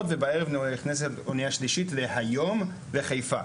ובערב נכנסת אוניה שלישית להיום לחיפה.